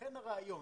לכן הרעיון